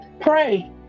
Pray